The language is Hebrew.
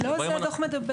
אבל לא על זה הדוח מדבר.